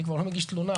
אני כבר לא מגיש תלונה,